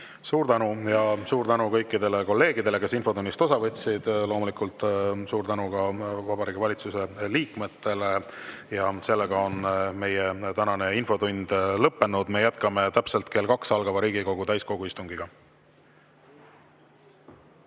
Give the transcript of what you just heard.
Suur tänu! Suur tänu ka kõikidele kolleegidele, kes infotunnist osa võtsid! Loomulikult suur tänu ka Vabariigi Valitsuse liikmetele! Tänane infotund on lõppenud. Me jätkame täpselt kell kaks algava Riigikogu täiskogu istungiga.